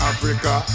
Africa